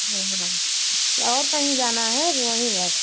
और कहीं जाना है कि वहीं बस